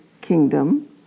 Kingdom